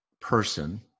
person